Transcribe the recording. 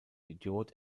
idiot